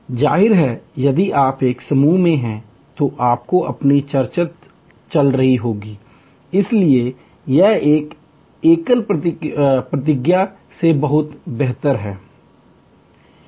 जाहिर है यदि आप एक समूह में हैं तो आपकी अपनी चर्चाएं चल रही हैं इसलिए यह एक एकल प्रतीक्षा से बहुत बेहतर है